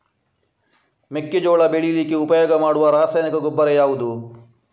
ಮೆಕ್ಕೆಜೋಳ ಬೆಳೀಲಿಕ್ಕೆ ಉಪಯೋಗ ಮಾಡುವ ರಾಸಾಯನಿಕ ಗೊಬ್ಬರ ಯಾವುದು?